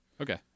Okay